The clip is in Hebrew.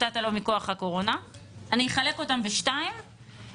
בוקר טוב, אני מתכבד לפתוח את ישיבת ועדת הכספים.